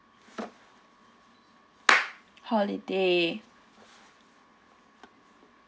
holiday